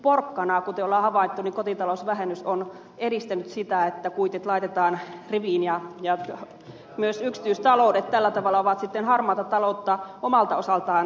kuten on havaittu niin kotitalousvähennys on edistänyt sitä että kuitit laitetaan riviin ja myös yksityistaloudet tällä tavalla ovat sitten harmaata taloutta omalta osaltaan vähentäneet